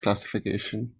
classification